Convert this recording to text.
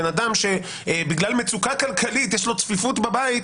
אדם שבגלל מצוקה כלכלית יש לו צפיפות בבית,